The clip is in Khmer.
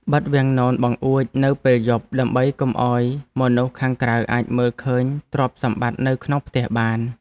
បិទវាំងននបង្អួចនៅពេលយប់ដើម្បីកុំឱ្យមនុស្សខាងក្រៅអាចមើលឃើញទ្រព្យសម្បត្តិនៅក្នុងផ្ទះបាន។